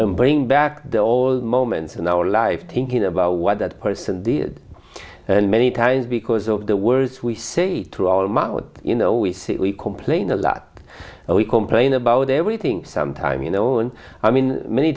and bring back the old moments in our lives thinking about what that person did and many times because of the words we say to our mouth you know we complain a lot and we complain about everything sometime you know and i mean many